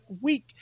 week